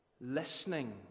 Listening